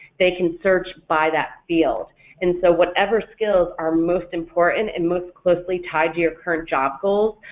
they can search by that field and so whatever skills are most important and most closely tied to your current job goals,